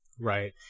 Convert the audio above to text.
Right